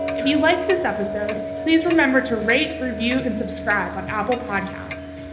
if you liked this episode, please remember to rate review and subscribe on apple podcasts.